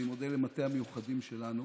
אני מודה למטה המיוחדים שלנו.